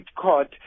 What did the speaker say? Court